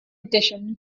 edition